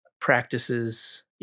practices